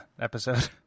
episode